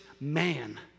man